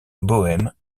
bohême